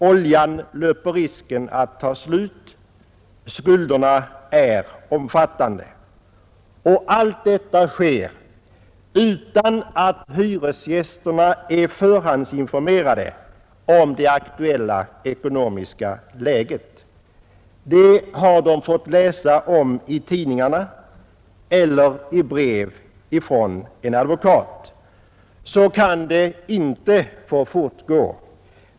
Oljan löper risk att ta slut. Skulderna är omfattande. Och allt detta sker utan att hyresgästerna är förhandsinformerade om det aktuella ekonomiska läget. Det har de fått läsa om i tidningarna eller i brev från en advokat. Så kan det inte få fortgå.